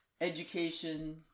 education